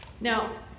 Now